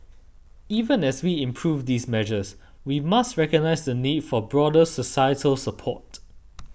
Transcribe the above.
even as we improve these measures we must recognise the need for broader societal support